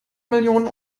millionen